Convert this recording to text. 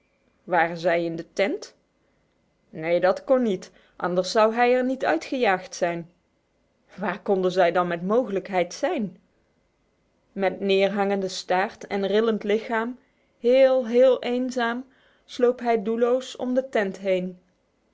waren zij in de tent neen dat kon niet anders zou hij er niet uitgejaagd zijn waar konden zij dan met mogelijkheid zijn met neerhangende staart en rillend lichaam heel heel eenzaam sloop hij doelloos om de tent heen